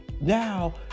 now